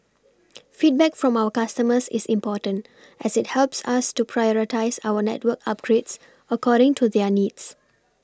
feedback from our customers is important as it helps us to prioritise our network upgrades according to their needs